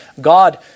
God